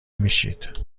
میشید